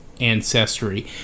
ancestry